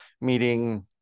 meeting